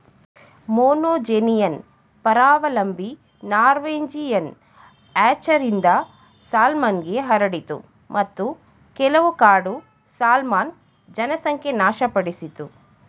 monogenean ಪರಾವಲಂಬಿ Norwegian ಹ್ಯಾಚರಿಂದ ಸಾಲ್ಮನ್ಗೆ ಹರಡಿತು ಮತ್ತು ಕೆಲವು ಕಾಡು ಸಾಲ್ಮನ್ ಜನಸಂಖ್ಯೆ ನಾಶಪಡಿಸಿತು